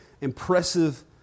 impressive